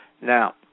Now